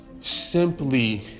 Simply